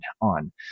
on